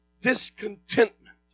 discontentment